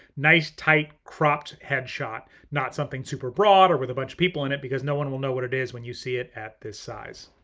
nice tight cropped headshot, not something super broad or with a bunch of people in it because no one will know what it is when you see it at this size.